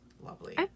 lovely